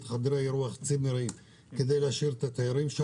חדרי אירוח וצימרים כדי להשאיר שם את התיירים,